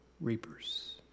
Reapers